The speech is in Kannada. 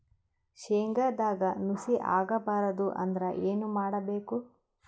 ಶೇಂಗದಾಗ ನುಸಿ ಆಗಬಾರದು ಅಂದ್ರ ಏನು ಮಾಡಬೇಕು?